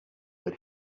that